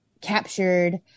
captured